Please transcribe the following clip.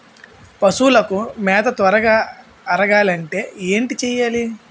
పశువులకు మేత త్వరగా అరగాలి అంటే ఏంటి చేయాలి?